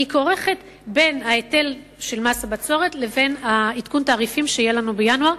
כורכת את ההיטל של מס הבצורת ואת עדכון התעריפים שיהיה בינואר,